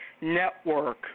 Network